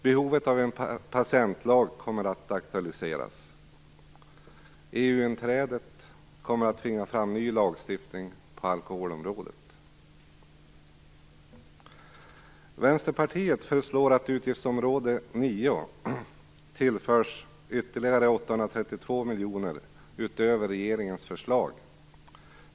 Behovet av en patientlag kommer att aktualiseras, och EU-inträdet kommer att tvinga fram ny lagstiftning på alkoholområdet. 832 miljoner kronor utöver regeringens förslag.